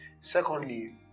secondly